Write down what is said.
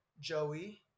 Joey